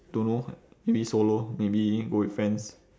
don't know maybe solo maybe go with friends